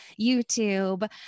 YouTube